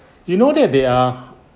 you know that they are